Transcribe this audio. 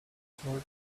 told